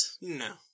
no